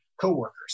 coworkers